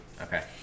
Okay